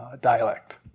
dialect